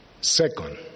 Second